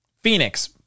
Phoenix